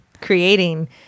creating